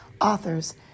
authors